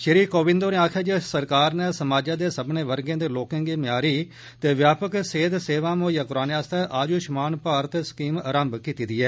श्री कोविंद होरें आक्खेआ जे सरकार नै समाज दे सब्बने वर्गे दे लोकें गी म्यारी ते व्यापक सेहत सेवां मुहैआ करोआने आस्तै आयुष्मान भारत स्कीम रंभ कीती दी ऐ